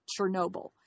Chernobyl